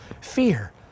fear